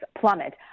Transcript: plummet